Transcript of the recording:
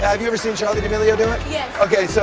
have you ever seen charli d'amelio do it? yes. okay, so